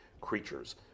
creatures